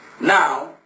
Now